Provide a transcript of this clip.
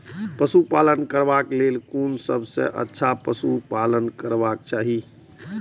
पशु पालन करबाक लेल कोन सबसँ अच्छा पशु पालन करबाक चाही?